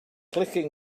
clicking